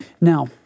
Now